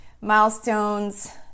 milestones